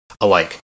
alike